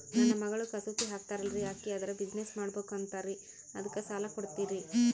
ನನ್ನ ಮಗಳು ಕಸೂತಿ ಹಾಕ್ತಾಲ್ರಿ, ಅಕಿ ಅದರ ಬಿಸಿನೆಸ್ ಮಾಡಬಕು ಅಂತರಿ ಅದಕ್ಕ ಸಾಲ ಕೊಡ್ತೀರ್ರಿ?